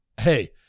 Hey